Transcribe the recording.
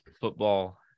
football